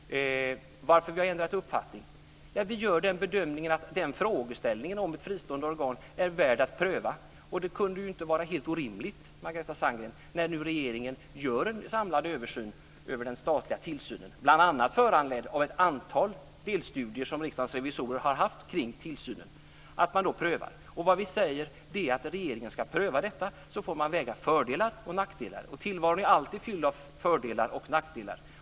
Varför har vi ändrat uppfattning? Vi gör bedömningen att frågeställningen om ett fristående organ är värd att pröva. Det kunde inte vara helt orimligt, Margareta Sandgren, när regeringen nu gör en samlad översyn över den statliga tillsynen, att man prövar det. Den är bl.a. föranledd av ett antal delstudier som Riksdagens revisorer har haft om tillsynen. Vad vi säger är att regeringen får pröva detta så att man får väga fördelar och nackdelar. Tillvaron är alltid fylld av fördelar och nackdelar.